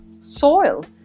soil